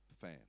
fan